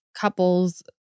couples